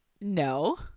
no